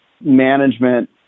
management